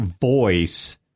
voice